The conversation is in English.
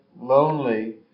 lonely